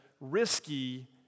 risky